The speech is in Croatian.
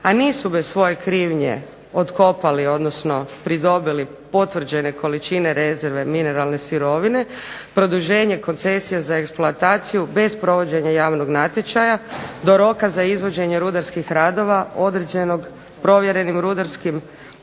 a nisu bez svoje krivnje otkopali, odnosno pridobili potvrđene količine rezerve mineralne sirovine, produženje koncesija za eksploataciju bez provođenja javnog natječaja, do roka za izvođenje rudarskih radova određenog provjerenim rudarskim